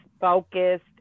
focused